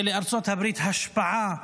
ולארצות הברית השפעה